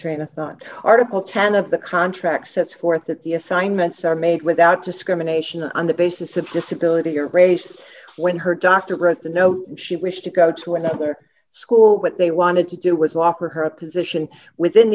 train of thought article ten of the contract sets forth that the assignments are made without discrimination on the basis of disability or race when her doctor wrote the note she wished to go to another school what they wanted to do was offer her a position within